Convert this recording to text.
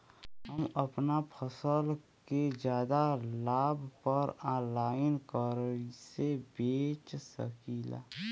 हम अपना फसल के ज्यादा लाभ पर ऑनलाइन कइसे बेच सकीला?